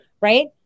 Right